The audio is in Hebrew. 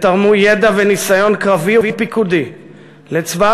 ותרמו ידע וניסיון קרבי ופיקודי לצבא